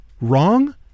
wrong